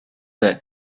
that